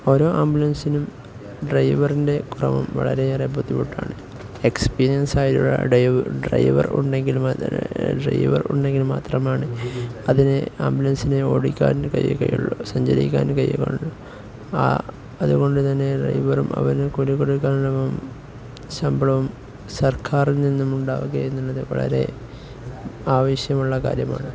ഓരോ ആംബുലൻസിനും ഡ്രൈവറിൻ്റെ കുറവും വളരെയേറെ ബുദ്ധിമുട്ടാണ് എക്സ്പീരിയൻസ്ഡ് ആയുള്ള ഡ്രൈവർ ഉണ്ടെങ്കിൽ മാത്രമാണ് അതിനെ ആബുലൻസ് ഓടിക്കാനും കഴിയുകയുള്ളൂ സഞ്ചരിക്കാനും കഴിയുകയുള്ളൂ ആ അതുകൊണ്ടു തന്നെ ഡ്രൈവറും അവന് കുലിക്കൊടുക്കാനുള്ള ശമ്പളവും സർക്കാരിൽ നിന്നുമുണ്ടാവുകയെന്നുള്ളത് വളരെ ആവശ്യമുള്ള കാര്യമാണ്